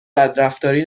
بدرفتاری